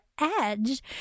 edge